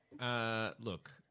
Look